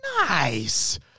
Nice